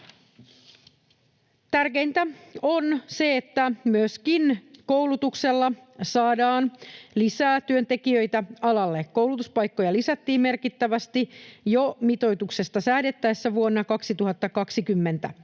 Tärkeintä on se, että myöskin koulutuksella saadaan lisää työntekijöitä alalle. Koulutuspaikkoja lisättiin merkittävästi jo mitoituksesta säädettäessä vuonna 2020.